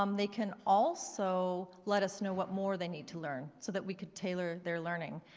um they can also let us know what more they need to learn, so that we could tailor their learning.